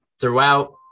throughout